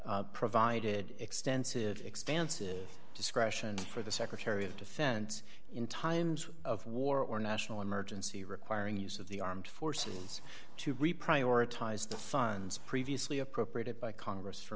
provided extensive expansive discretion for the secretary of defense in times of war or national emergency requiring use of the armed forces to reprice ora ties the funds previously appropriated by congress for